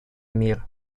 мир